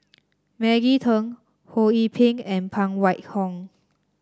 Maggie Teng Ho Yee Ping and Phan Wait Hong